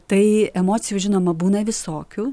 tai emocijų žinoma būna visokių